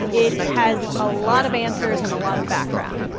it has a lot of answers and a lot of background.